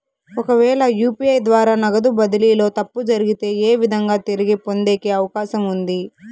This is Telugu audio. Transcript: ఒకవేల యు.పి.ఐ ద్వారా నగదు బదిలీలో తప్పు జరిగితే, ఏ విధంగా తిరిగి పొందేకి అవకాశం ఉంది?